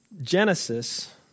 Genesis